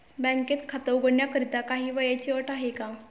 बँकेत खाते उघडण्याकरिता काही वयाची अट आहे का?